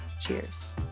Cheers